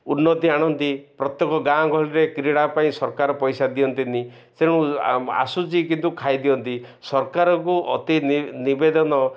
ଉନ୍ନତି ଆଣନ୍ତି ପ୍ରତ୍ୟେକ ଗାଁ ଗହଳିରେ କ୍ରୀଡ଼ା ପାଇଁ ସରକାର ପଇସା ଦିଅନ୍ତିନି ତେଣୁ ଆସୁଛି କିନ୍ତୁ ଖାଇଦିଅନ୍ତି ସରକାରଙ୍କୁ ଅତି ନିବବେଦନ